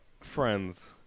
friends